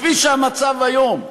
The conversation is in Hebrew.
כפי שהמצב היום.